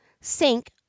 sink